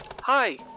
Hi